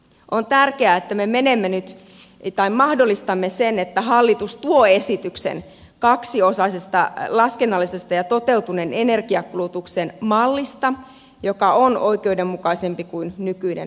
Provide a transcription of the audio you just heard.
on tärkeää että me mahdollistamme sen että hallitus tuo esityksen kaksiosaisesta laskennallisesta ja toteutuneen energiakulutuksen mallista joka on oikeudenmukaisempi kuin nykyinen malli